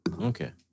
Okay